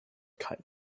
cut